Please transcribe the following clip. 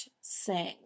sing